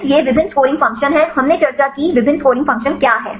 इसलिए विभिन्न scoring function हैं हमने चर्चा की कि विभिन्न स्कोरिंग फ़ंक्शन क्या हैं